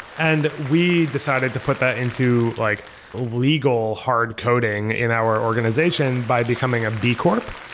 and we decided to put that into like legal hard coding in our organization by becoming a b corp.